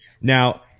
Now